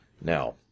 Now